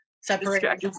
separate